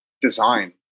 design